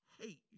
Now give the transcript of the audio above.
hate